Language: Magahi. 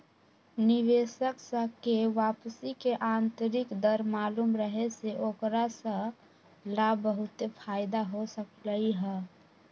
निवेशक स के वापसी के आंतरिक दर मालूम रहे से ओकरा स ला बहुते फाएदा हो सकलई ह